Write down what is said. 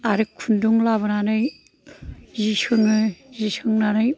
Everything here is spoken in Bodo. आरो खुन्दुं लाबोनानै जि सोङो जि सोंनानै